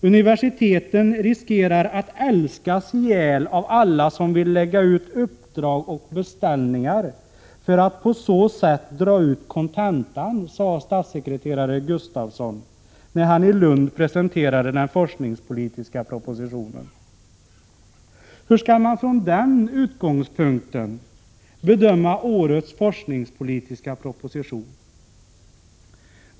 Universiteten riskerar att älskas ihjäl av alla som vill lägga ut uppdrag och beställningar för att på så sätt dra ut kontentan, sade statssekreterare Gustavsson när han i Lund presenterade den forskningspolitiska propositionen. Hur skall man från den utgångspunkten bedöma årets forskningspolitiska proposition?